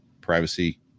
Privacy